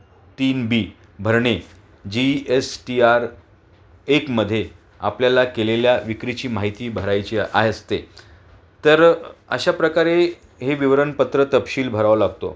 तीन बी भरणे G S T R एकमध्ये आपल्याला केलेल्या विक्रीची माहिती भरायची आहे असते तर अशा प्रकारे हे विवरणपत्र तपशील भरावा लागतो